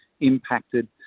impacted